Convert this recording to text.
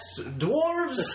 dwarves